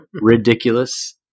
Ridiculous